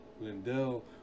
Lindell